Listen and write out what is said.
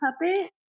puppet